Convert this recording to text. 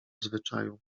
zwyczaju